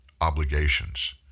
obligations